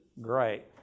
Great